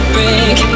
Break